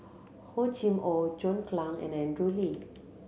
Hor Chim Or John Clang and Andrew Lee